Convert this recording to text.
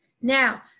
Now